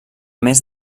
més